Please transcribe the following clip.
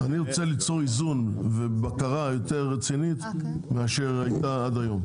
אני רוצה ליצור איזון ובקרה יותר רצינית מאשר הייתה עד היום.